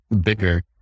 bigger